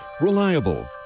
reliable